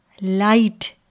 light